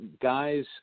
guys